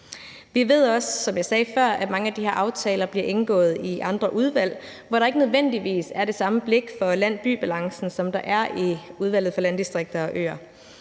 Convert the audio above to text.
sagde før, at mange af de her aftaler bliver indgået i andre udvalg, hvor der ikke nødvendigvis er det samme blik for land-by-balancen, som der er i Udvalget for Landdistrikter og Øer.